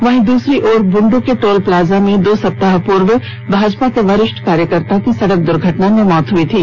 वहीं दूसरी तरफ बूंडू के टोल प्लाजा में दो सप्ताह पूर्व भाजपा के वरिष्ठ कार्यकर्ता की सड़क द्र्घटना में मौत हो गई थी